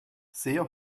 sehr